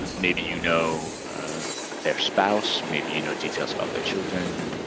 and maybe you know their spouse, maybe you know details about their children,